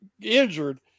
injured